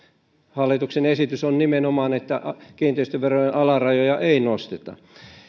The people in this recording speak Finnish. hallituksen esitys on nimenomaan että kiinteistöverojen alarajoja ei nosteta